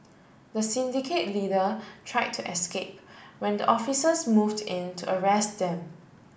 the syndicate leader try to escape when the officers moved in to arrest them